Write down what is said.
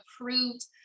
approved